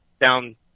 down